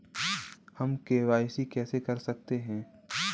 हम के.वाई.सी कैसे कर सकते हैं?